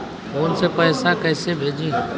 Phone से पैसा कैसे भेजी?